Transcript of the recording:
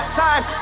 time